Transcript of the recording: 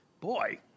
Boy